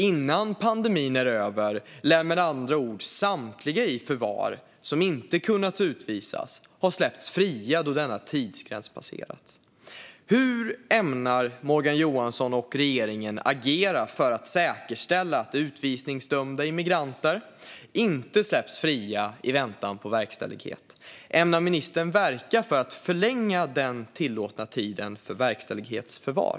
Innan pandemin är över lär med andra ord samtliga i förvar som inte har kunnat utvisas ha släppts fria då denna tidsgräns passerats. Hur ämnar Morgan Johansson och regeringen agera för att säkerställa att utvisningsdömda immigranter inte släpps fria i väntan på verkställighet? Ämnar ministern verka för att förlänga den tillåtna tiden för verkställighetsförvar?